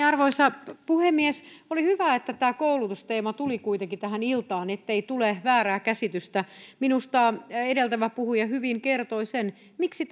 arvoisa puhemies oli hyvä että tämä koulutusteema tuli kuitenkin tähän iltaan ettei tule väärää käsitystä minusta edeltävä puhuja kertoi hyvin sen miksi